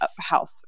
health